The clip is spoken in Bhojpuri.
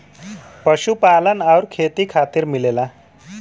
पशुपालन आउर खेती खातिर मिलेला